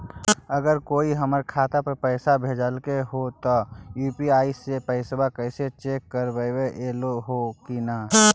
अगर कोइ हमर खाता पर पैसा भेजलके हे त यु.पी.आई से पैसबा कैसे चेक करबइ ऐले हे कि न?